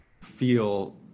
feel